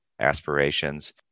aspirations